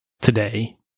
today